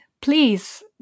please